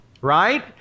right